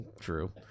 True